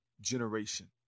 generation